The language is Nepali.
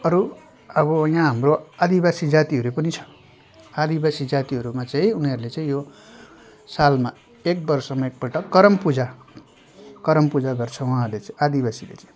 अरू यहाँ हाम्रो आदिवासी जातिहरू पनि छ आदिवासी जातिहरूमा चाहिँ उनीहरूले चाहिँ यो सालमा एक वर्षमा एकपल्ट करम पूजा करम पूजा गर्छ उहाँहरूले चाहिँ आदिवासीले चाहिँ